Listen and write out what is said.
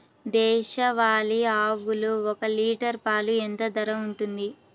దేశవాలి ఆవులు ఒక్క లీటర్ పాలు ఎంత ధర ఉంటుంది?